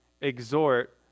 exhort